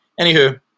anywho